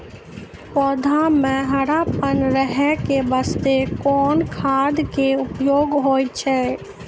पौधा म हरापन रहै के बास्ते कोन खाद के उपयोग होय छै?